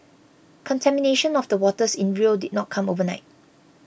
contamination of the waters in Rio did not come overnight